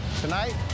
Tonight